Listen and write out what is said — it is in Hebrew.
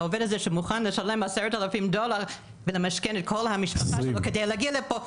העובד הזה שמוכן לשלם 10,000 דולר ולמשכן את כל המשפחה כדי להגיע לפה,